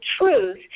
truth